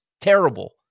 terrible